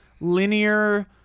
linear